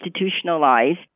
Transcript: institutionalized